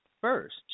first